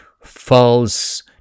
false